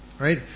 Right